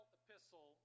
epistle